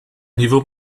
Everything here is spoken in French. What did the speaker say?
niveau